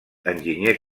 enginyers